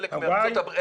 הברית.